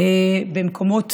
במקומות